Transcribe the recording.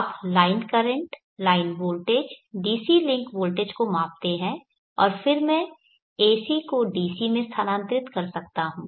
आप line current line voltage DC link voltage को मापते हैं और फिर मैं AC को DC में स्थानांतरित कर सकता हूं